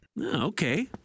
Okay